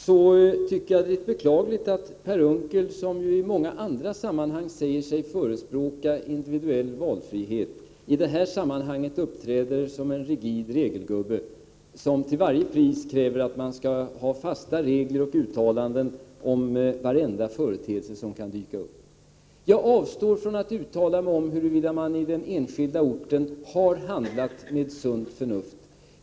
Men jag tycker det är beklagligt att Per Unckel, som ju i många andra sammanhang säger sig förespråka individuell valfrihet, i det här sammanhanget uppträder som en rigid ”regelgubbe”, som kräver att man till varje pris skall ha fasta regler och göra uttalanden om varenda företeelse som kan dyka upp. Jag avstår från att uttala mig om huruvida man i den enskilda orten har handlat med sunt förnuft.